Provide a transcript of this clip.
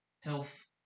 health